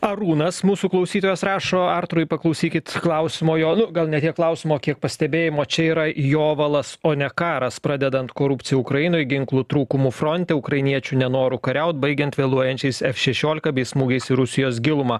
arūnas mūsų klausytojas rašo artūrai paklausykit klausimo jo nu gal ne tiek klausimo kiek pastebėjimo čia yra jovalas o ne karas pradedant korupcija ukrainoj ginklų trūkumu fronte ukrainiečių nenoru kariaut baigiant vėluojančiais f šešiolika bei smūgiais į rusijos gilumą